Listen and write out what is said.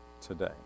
today